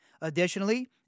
Additionally